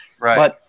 Right